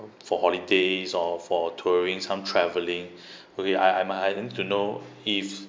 for holidays or for touring some traveling okay I I'm uh happen to know if